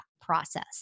process